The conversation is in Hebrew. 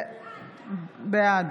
בעד